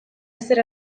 ezer